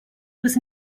was